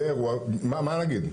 יהיה אירוע, מה נגיד?